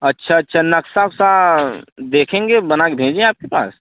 अच्छा अच्छा नक्शा ओक्सा देखेंगे बना के भेजें आपके पास